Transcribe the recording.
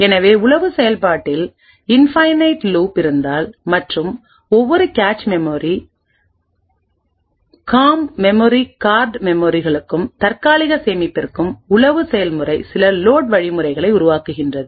எனவே உளவு செயல்பாட்டில் இன்பைன்நைட் லூப் இருந்தால் மற்றும் ஒவ்வொரு கேச் மெமரி காம் மெமரி கார்டு மெமரி களுக்கும்தற்காலிக சேமிப்பிற்கும் உளவு செயல்முறை சில லோட் வழிமுறைகளை உருவாக்குகிறது